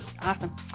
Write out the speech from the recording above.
Awesome